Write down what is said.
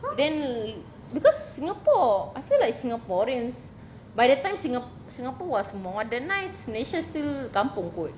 then because singapore I feel like singaporeans by that time singa~ singapore was modernise malaysia still kampung kot